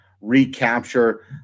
recapture